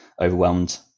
overwhelmed